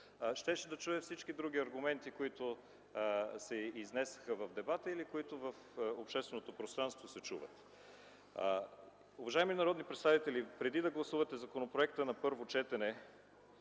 щеше да чуе всички други аргументи, които се изнесоха в дебата и се чуват в общественото пространство. Уважаеми народни представители, преди да гласувате законопроекта на първо четене